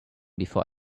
before